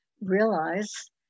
realize